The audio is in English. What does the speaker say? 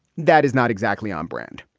that is not exactly on brand